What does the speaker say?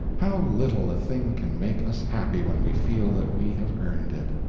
how little a thing can make us happy when we feel that we have earned it!